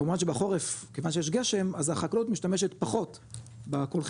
כמובן שבחורף כיוון שיש גשם אז החקלאות משתמשת פחות בקולחים,